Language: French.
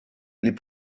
les